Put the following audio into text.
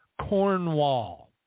Cornwall